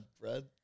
bread